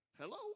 Hello